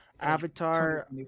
Avatar